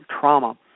trauma